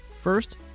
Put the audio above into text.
First